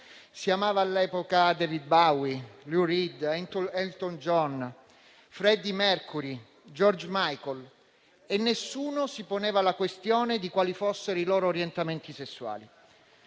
Si amavano, all'epoca, David Bowie, Lou Reed, Elton John, Freddie Mercury, George Michael e nessuno si poneva la questione di quali fossero i loro orientamenti sessuali.